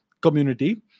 community